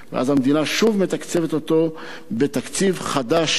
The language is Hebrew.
ואז המדינה שוב מתקצבת אותו בתקציב חדש,